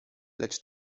lecz